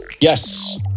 Yes